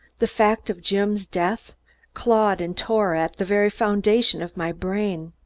the fact of jim's death clawed and tore at the very foundation of my brain.